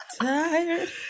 tired